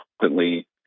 constantly